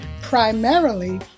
primarily